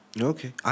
Okay